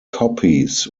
copies